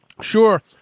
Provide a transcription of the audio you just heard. Sure